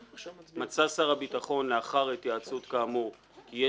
כי יש לשנות את הודעתו כאמור בסעיף 3(ב)